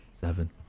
seven